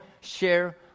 share